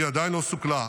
היא עדיין לא סוכלה.